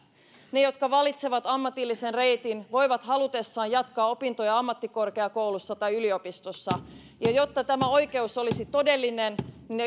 ne jotka valitsevat ammatillisen reitin voivat halutessaan jatkaa opintoja ammattikorkeakoulussa tai yliopistossa ja jotta tämä oikeus olisi todellinen